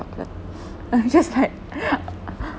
I'm just like